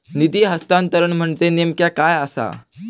निधी हस्तांतरण म्हणजे नेमक्या काय आसा?